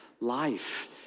life